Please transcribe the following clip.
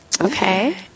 Okay